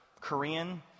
Korean